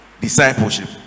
discipleship